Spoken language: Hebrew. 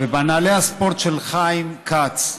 ובנעלי הספורט של חיים כץ,